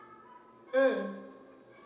mm